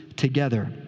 together